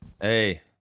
Hey